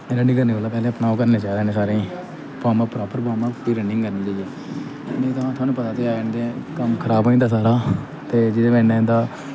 running करने कोला पैह्ले अपना ओह् करना चाहिदा इ'नें सारें गी वार्मअप प्रापर वार्मअप ते रनिंग करनी जाइयै थुआनू पता ते ऐ कम्म खराब होई जंदा सारा ते जेह्दे कन्नै इं'दा